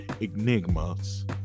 Enigmas